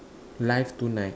live tonight